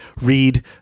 read